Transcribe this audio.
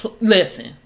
listen